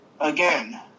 again